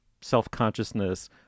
self-consciousness